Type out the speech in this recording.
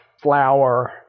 flour